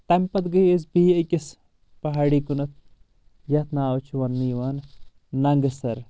تمہِ پتہٕ گے أسۍ بییٚہِ أکِس پہاڑی کُنتھ یتھ ناو چھُ وننہٕ یِوان ننگہٕ سر